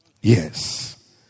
Yes